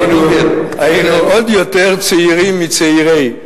היינו עוד יותר צעירים מצעירי,